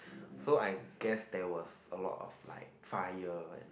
so I guess there was a lot of like fire and